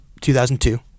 2002